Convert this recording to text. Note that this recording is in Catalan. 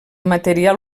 material